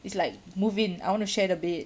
it's like move in I want to share the bed